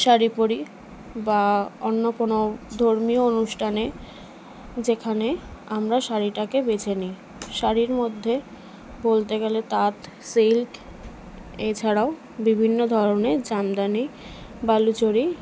শাড়ি পরি বা অন্য কোনো ধর্মীয় অনুষ্ঠানে যেখানে আমরা শাড়িটাকে বেছে নিই শাড়ির মধ্যে বলতে গেলে তাঁত সিল্ক এছাড়াও বিভিন্ন ধরনের জামদানি বালুচরী